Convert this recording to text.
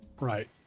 Right